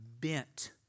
bent